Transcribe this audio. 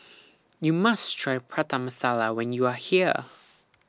YOU must Try Prata Masala when YOU Are here